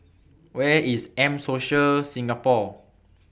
Where IS M Social Singapore